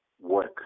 work